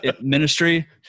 ministry